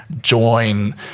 join